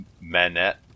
Manette